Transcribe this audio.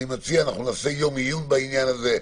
אני מציע שנעשה יום עיון בעניין הזה.